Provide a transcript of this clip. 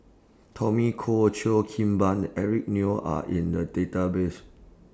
Tommy Koh Cheo Kim Ban Eric Neo Are in The Database